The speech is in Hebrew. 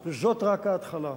זאת רק ההתחלה.